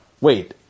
wait